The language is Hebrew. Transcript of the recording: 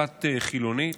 כת חילונית,